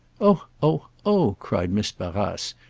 oh, oh, oh! cried miss barrace,